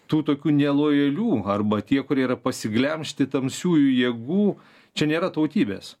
tų tokių nelojalių arba tie kurie yra pasiglemžti tamsiųjų jėgų čia nėra tautybės